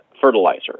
fertilizer